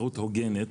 תחרות הוגנת,